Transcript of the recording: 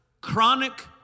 chronic